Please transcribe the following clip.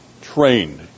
trained